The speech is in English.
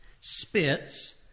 spits